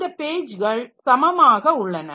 இந்த பேஜ்கள் சமமாக உள்ளன